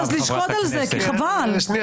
ייעודם של הכספים, לא של התוכנית.